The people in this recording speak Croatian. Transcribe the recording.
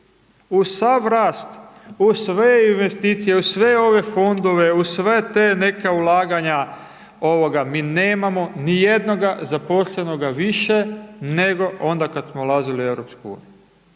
Uz sav rast, uz sve investicije, uz sve ove fondove uz sve te neka ulaganja ovoga mi nemamo ni jednoga zaposlenoga više nego onda kad smo ulazili u EU.